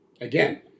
Again